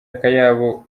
akayabo